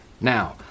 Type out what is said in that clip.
Now